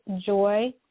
joy